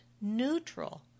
neutral